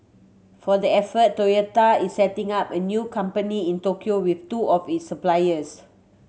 for the effort Toyota is setting up a new company in Tokyo with two of its suppliers